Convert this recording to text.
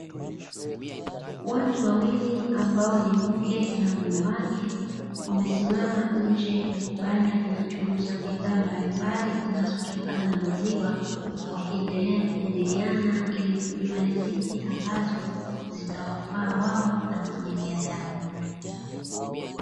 Watu wawili ambao ni mke na mume wake, wamesimama nje ya kibanda kinachouza bidhaa mbalimbali zinazotokana na maziwa, wakiendelea kujadiliana ili kujua ni zipi ambazo zitawafaa wao na familia yao.